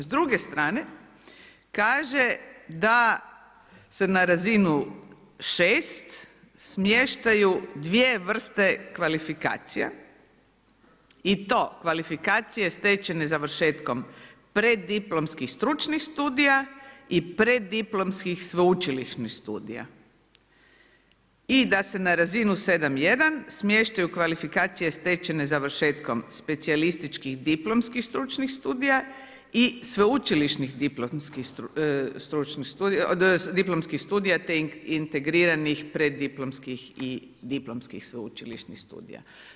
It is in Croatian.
S druge strane kaže da se na raznu 6 smještaju dvije vrste kvalifikacija i to kvalifikacije stečene završetkom preddiplomskih stručnih studija i preddiplomskih sveučilišnih studija i da se na razinu 7.1. smještaju kvalifikacije stečene završetkom specijalističkih diplomskih stručnih studija i sveučilišnih diplomskih studija te integriranih preddiplomskih i diplomskih sveučilišnih studija.